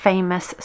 famous